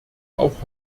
auch